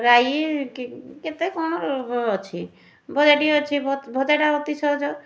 ରାଇ କି କେତେ କ'ଣ ଅଛି ଭଜାଟିଏ ଅଛି ଭଜାଟା ଅତି ସହଜ